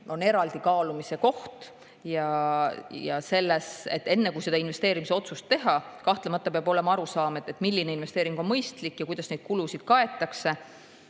on eraldi kaalumise koht. Enne kui seda investeerimisotsust teha, peab kahtlemata olema arusaam, milline investeering on mõistlik ja kuidas neid kulusid kaetakse.